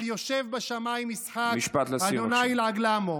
אבל "יושב בשמיים ישחק, ה' ילעג למו".